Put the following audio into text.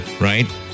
Right